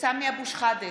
סמי אבו שחאדה,